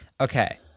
Okay